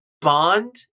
bond